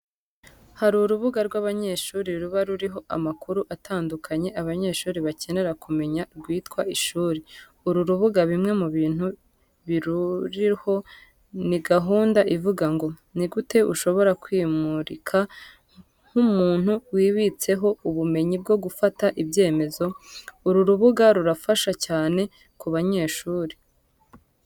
Hari urubuga rw'abanyeshuri ruba ruriho amakuru atandukanye abanyeshuri bakenera kumenya rwitwa Ishuri. Uru rubuga bimwe mu bintu biruriho ni gahunda ivuga ngo " Ni gute ushobora kwimurika nk'umuntu wibitseho ubumenyi bwo gufata ibyemezo?" Uru rubuga rurafasha cyane ku banyeshuri.